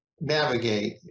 navigate